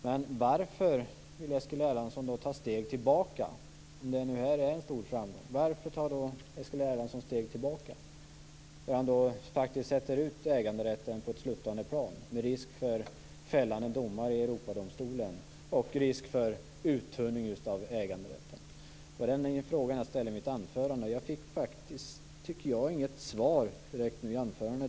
Men varför vill Eskil Erlandsson då ta steg tillbaka om det nu är en stor framgång? Varför alltså ta steg tillbaka genom att faktiskt sätta ut äganderätten på ett sluttande plan med risk för fällande domar i Europadomstolen och med risk för en uttunning av äganderätten? Det frågade jag om i mitt huvudanförande men jag tycker inte att jag direkt fick något svar i Eskil Erlandssons anförande.